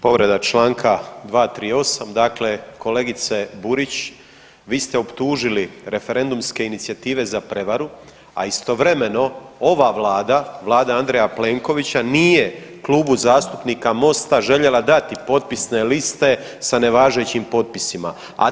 Povreda čl. 238., dakle kolegice Burić, vi ste optužili referendumske inicijative za prevaru a istovremeno ova Vlada, Vlada Andreja Plenkovića nije Klubu zastupnika MOST-a željela dati potpisne liste s nevažećim potpisima.